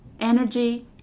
energy